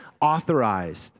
authorized